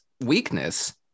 weakness